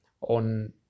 on